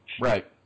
Right